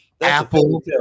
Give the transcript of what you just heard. Apple